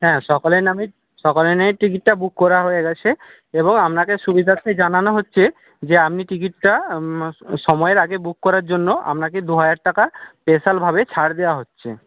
হ্যাঁ সকলের নামেই সকলের টিকিটটা বুক করা হয়ে গেছে এবং আপনাকে সুবিধার্থে জানানো হচ্ছে যে আপনি টিকিটটা সময়ের আগে বুক করার জন্য আপনাকে দুহাজার টাকা স্পেশালভাবে ছাড় দেওয়া হচ্ছে